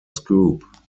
scoop